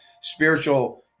spiritual